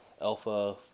Alpha